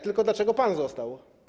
Tylko dlaczego pan został?